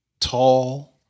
tall